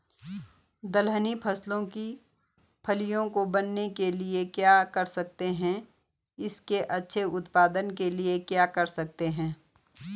दलहनी फसलों की फलियों को बनने के लिए क्या कर सकते हैं इसके अच्छे उत्पादन के लिए क्या कर सकते हैं?